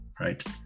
right